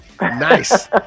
Nice